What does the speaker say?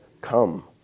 come